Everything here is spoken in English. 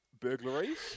burglaries